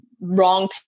wrong